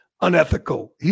unethical